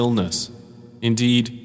Indeed